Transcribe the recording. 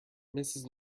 mrs